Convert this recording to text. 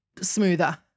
smoother